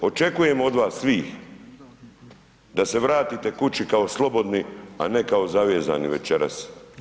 Očekujem od vas svih da se vratite kući kao slobodni, a ne kao zavezani večeras.